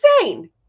insane